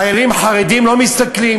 אבל חיילים חרדים לא מסתכלים.